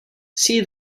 see